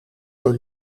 door